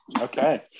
okay